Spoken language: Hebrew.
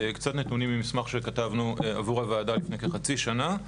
קצת נתונים ממסמך שכתבנו עבור הוועדה לפני כחצי שנה.